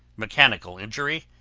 mechanical injury,